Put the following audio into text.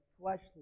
fleshly